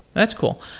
that's cool.